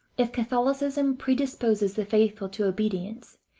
if catholicism predisposes the faithful to obedience,